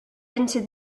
into